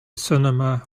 cinema